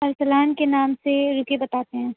ارسلان کے نام سے رکیے بتاتے ہیں